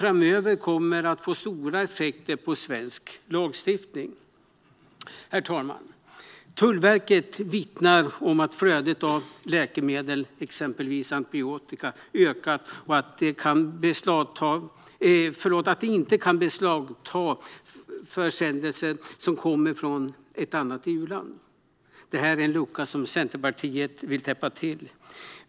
Det kommer att få stora effekter på svensk lagstiftning framöver. Herr talman! Tullverket vittnar om att flödet av läkemedel, exempelvis antibiotika, har ökat och att man inte kan beslagta försändelser som kommer från ett annat EU-land. Detta är en lucka som Centerpartiet vill täppa till.